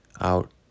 out